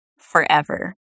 forever